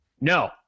No